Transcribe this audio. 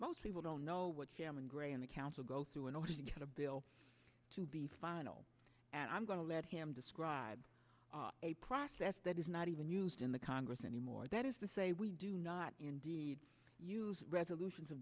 most people don't know what chairman gray and the council go through in order to get a bill to be final and i'm going to let him describe a process that is not even used in the congress anymore that is to say we do not indeed use resolutions of